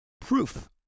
proof